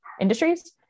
industries